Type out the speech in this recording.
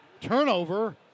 turnover